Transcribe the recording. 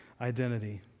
identity